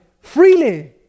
freely